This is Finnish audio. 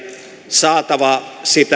saatavaa